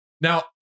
Now